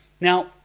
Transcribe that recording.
Now